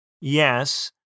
yes